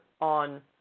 on